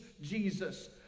Jesus